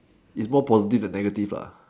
is more probably the negative